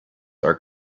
are